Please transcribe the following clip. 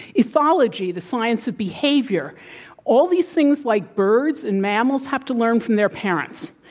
ethology, the science of behavior all these things like birds and mammals have to learn from their parents.